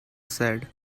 said